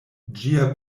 ĝia